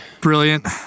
Brilliant